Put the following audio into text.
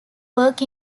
work